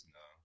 no